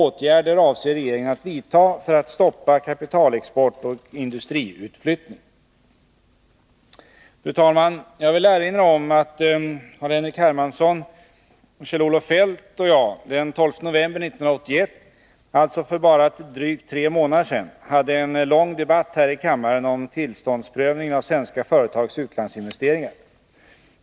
Jag vill erinra om att Carl-Henrik Hermansson, Kjell-Olof Feldt och jag den 12 november 1981 — alltså för bara drygt tre månader sedan — hade en lång debatt här i kammaren om tillståndsprövningen när det gäller svenska företags utlandsinvesteringar.